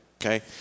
okay